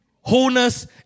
wholeness